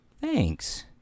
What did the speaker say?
Thanks